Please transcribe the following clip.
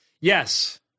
Yes